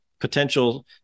potential